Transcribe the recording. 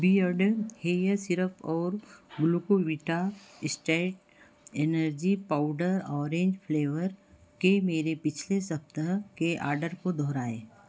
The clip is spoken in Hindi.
बिअर्डो हेयर सीरम और Glucovita instant energy powder orange flavour के मेरे पिछले सप्ताह के आर्डर को दोहराएँ